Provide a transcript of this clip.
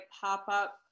pop-up